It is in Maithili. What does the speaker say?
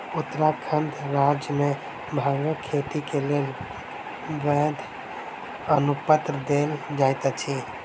उत्तराखंड राज्य मे भांगक खेती के लेल वैध अनुपत्र देल जाइत अछि